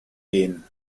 gehen